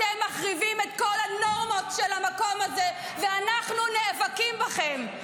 אתם מחריבים את כל הנורמות של המקום הזה ואנחנו נאבקים בכם.